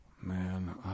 Man